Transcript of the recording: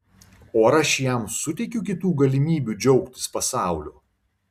o ar aš jam suteikiu kitų galimybių džiaugtis pasauliu